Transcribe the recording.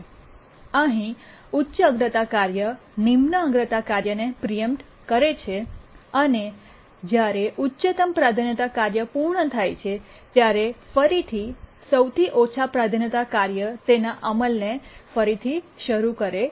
અહીં ઉચ્ચ અગ્રતા કાર્ય નિમ્ન અગ્રતા કાર્યને પ્રીએમ્પત કરે છે અને જ્યારે ઉચ્ચતમ પ્રાધાન્યતા કાર્ય પૂર્ણ થાય છે ત્યારે ફરીથી સૌથી ઓછી પ્રાધાન્યતા કાર્ય તેના અમલને ફરીથી શરૂ કરે છે